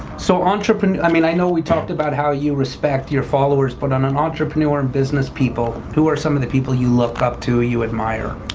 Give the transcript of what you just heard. so i mean i know we talked about how you respect your followers but on an entrepreneur and business people who are some of the people you look up to, you admire?